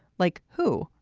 like who.